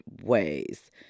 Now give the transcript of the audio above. ways